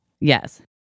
Yes